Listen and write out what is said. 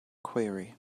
query